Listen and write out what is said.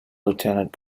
lieutenant